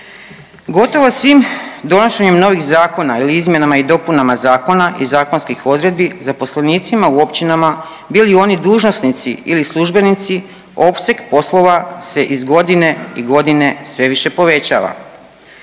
Gotovo svim donošenjem novih zakona ili izmjenama i dopunama zakona i zakonskih odredbi, zaposlenicima u općinama, bili oni dužnosnici ili službenici, opseg poslova se iz godine i godine sve više povećava.